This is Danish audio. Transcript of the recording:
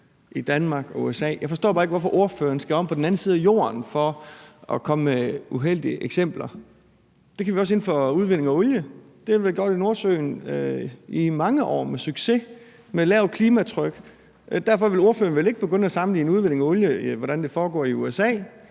i Danmark og USA, men jeg forstår bare ikke, hvorfor ordføreren skal om på den anden side af jorden for at komme med uheldige eksempler. Det kan vi også inden for udvinding af olie; det har vi da gjort med succes i Nordsøen i mange år, med et lavt klimaaftryk, men derfor vil ordføreren vel ikke begynde at sammenligne med, hvordan udvindingen af olie foregår i USA